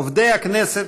עובדי הכנסת,